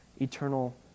eternal